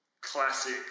classic